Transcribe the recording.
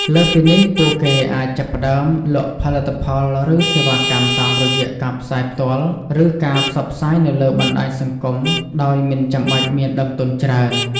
លើសពីនេះពួកគេអាចចាប់ផ្តើមលក់ផលិតផលឬសេវាកម្មតាមរយៈការផ្សាយផ្ទាល់ ឬការផ្សព្វផ្សាយនៅលើបណ្តាញសង្គមដោយមិនចាំបាច់មានដើមទុនច្រើន។